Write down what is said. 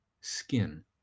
skin